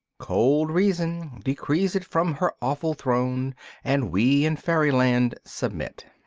cold reason decrees it from her awful throne and we in fairyland submit.